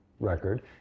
record